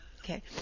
Okay